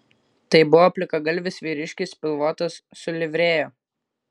tai buvo plikagalvis vyriškis pilvotas su livrėja